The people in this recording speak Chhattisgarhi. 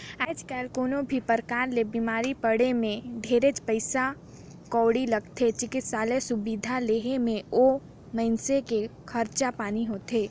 आयज कायल कोनो भी परकार ले बिमारी पड़े मे ढेरेच पइसा कउड़ी लागथे, चिकित्सा सुबिधा लेहे मे ओ मइनसे के खरचा पानी होथे